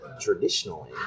traditionally